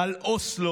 על אוסלו.